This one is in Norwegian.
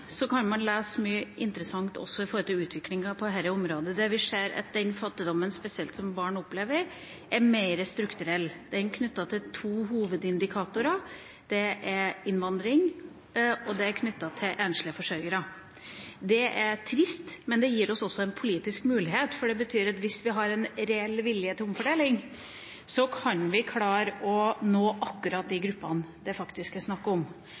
kan man lese mye interessant, også når det gjelder utviklinga på dette området. Vi ser at den fattigdommen som spesielt barn opplever, er mer strukturell. Den er knyttet til to hovedindikatorer: Det er innvandring og enslige forsørgere. Det er trist, men det gir oss også en politisk mulighet, for det betyr at hvis vi har en reell vilje til omfordeling, kan vi klare å nå akkurat de gruppene det faktisk er snakk om.